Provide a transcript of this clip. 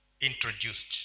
introduced